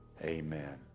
amen